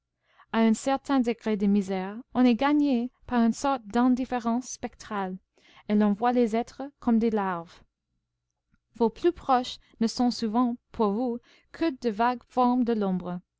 à un certain degré de misère on est gagné par une sorte d'indifférence spectrale et l'on voit les êtres comme des larves vos plus proches ne sont souvent pour vous que de vagues formes de l'ombre